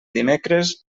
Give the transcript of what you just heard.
dimecres